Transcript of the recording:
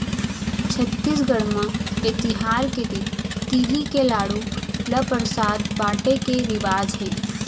छत्तीसगढ़ म ए तिहार के दिन तिली के लाडू ल परसाद बाटे के रिवाज हे